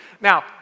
Now